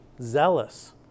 zealous